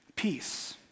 peace